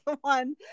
one